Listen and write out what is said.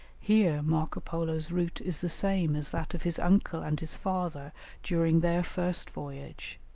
here marco polo's route is the same as that of his uncle and his father during their first voyage,